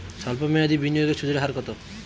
সল্প মেয়াদি বিনিয়োগের সুদের হার কত?